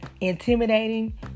intimidating